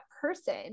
person